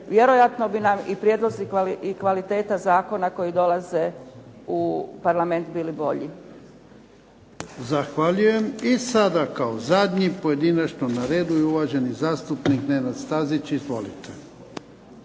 vjerojatno bi nam prijedlozi i kvaliteta zakona koji dolaze u Parlament bili bolji. **Jarnjak, Ivan (HDZ)** Zahvaljujem. I sada kao zadnji pojedinačno na redu je uvaženi zastupnik Nenad Stazić. Izvolite.